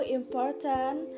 important